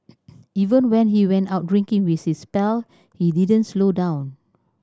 even when he went out drinking with his pal he didn't slow down